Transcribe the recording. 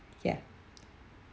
ya